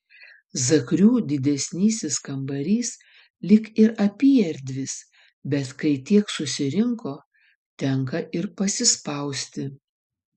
zakrių didesnysis kambarys lyg ir apyerdvis bet kai tiek susirinko tenka ir pasispausti